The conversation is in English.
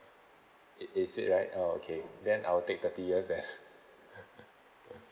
it is it right oh okay then I'll take thirty years then